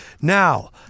Now